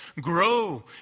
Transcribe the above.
grow